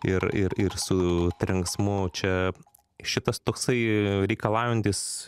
ir ir ir su trenksmu čia šitas toksai reikalaujantis